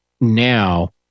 now